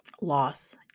loss